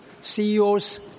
CEOs